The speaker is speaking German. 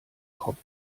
kopf